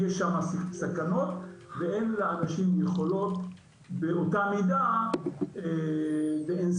יש שם סכנות ואין לאנשים יכולות באותה מידה ואינסנטיב